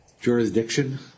jurisdiction